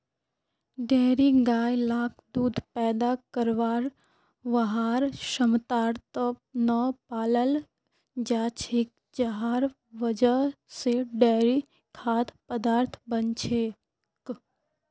dairy गाय लाक दूध पैदा करवार वहार क्षमतार त न पालाल जा छेक जहार वजह से डेयरी खाद्य पदार्थ बन छेक